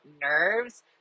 nerves